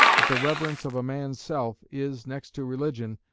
that the reverence of a man's self, is, next to religion,